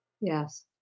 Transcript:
Yes